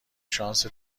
شانس